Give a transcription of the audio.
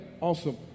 Awesome